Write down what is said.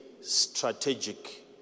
strategic